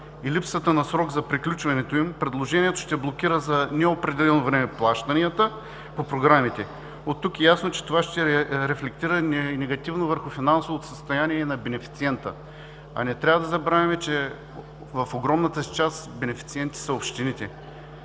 и липсата на срок за приключването им, предложението ще блокира за неопределено време плащанията по програмите. Оттук е ясно, че това ще рефлектира и негативно върху финансовото състояние на бенефициента. А не трябва да забравяме, че в огромната си част бенефициенти са общините.